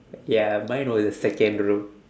ya mine was second row